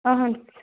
اَہَن